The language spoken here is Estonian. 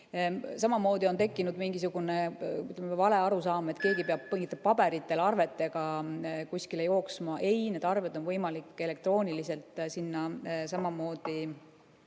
Samamoodi on tekkinud mingisugune valearusaam, et keegi peab paberitel arvetega kuskile jooksma. Ei, need arved on võimalik samamoodi elektrooniliselt sinna edastada.